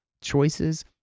choices